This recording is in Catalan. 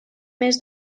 més